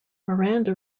miranda